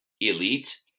elite